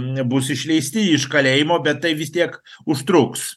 nebus išleisti iš kalėjimo bet tai vis tiek užtruks